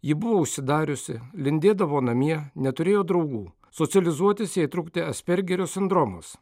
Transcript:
ji buvo užsidariusi lindėdavo namie neturėjo draugų socializuotis jai trukdė aspergerio sindromas